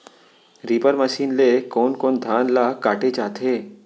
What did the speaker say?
Reaper machine ले कोन कोन धान ल काटे जाथे?